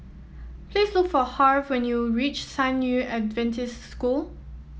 please look for Harve when you reach San Yu Adventist School